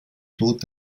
tod